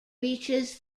reaches